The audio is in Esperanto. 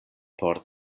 por